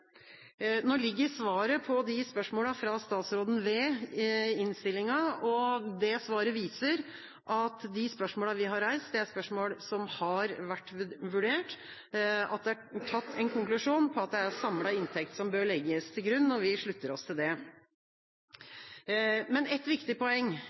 Nå ligger svaret på spørsmålene fra statsråden ved innstillinga, og det svaret viser at spørsmålene vi har reist, er spørsmål som har vært vurdert. Det er konkludert med at det er samlet inntekt som bør legges til grunn, og vi slutter oss til det. Et viktig poeng